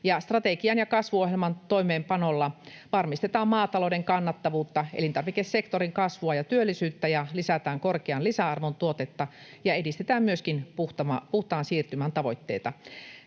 Strategian ja kasvuohjelman toimeenpanolla varmistetaan maatalouden kannattavuutta, elintarvikesektorin kasvua ja työllisyyttä ja lisätään korkean lisäarvon tuotetta ja edistetään myöskin puhtaan siirtymän tavoitteita.